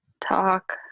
talk